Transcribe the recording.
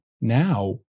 now